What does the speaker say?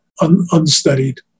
unstudied